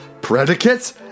predicates